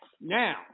Now